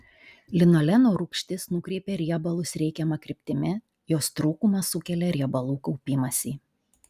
linoleno rūgštis nukreipia riebalus reikiama kryptimi jos trūkumas sukelia riebalų kaupimąsi